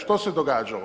Što se događalo?